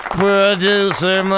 producer